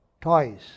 toys